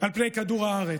על פני כדור הארץ,